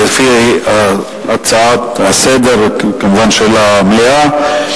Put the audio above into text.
לפי הסדר של המליאה,